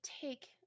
take